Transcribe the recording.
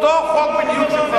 אותו חוק בדיוק.